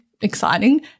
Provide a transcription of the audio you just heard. exciting